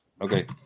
Okay